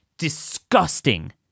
Disgusting